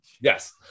Yes